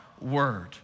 word